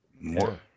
more